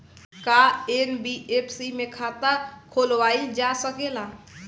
का एन.बी.एफ.सी में खाता खोलवाईल जा सकेला?